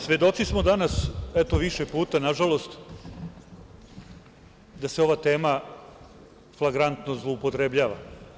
Svedoci smo danas, više puta, nažalost, da se ova tema flagrantno zloupotrebljava.